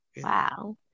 wow